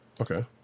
Okay